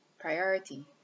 priority